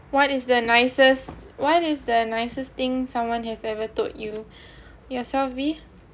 what is the nicest what is the nicest thing someone has ever told you yourself B